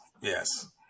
Yes